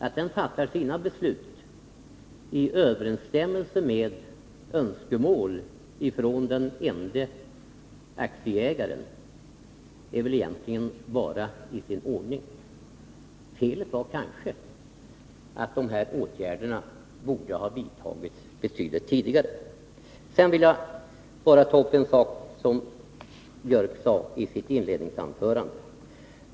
Att den fattat sina beslut i överensstämmelse med önskemålen från den ende aktieägaren är väl egentligen bara i sin ordning. Kanske borde de här åtgärderna ha vidtagits betydligt tidigare. Sedan vill jag ta upp en sak som Anders Björck nämnde i sitt inledningsanförande.